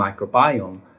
microbiome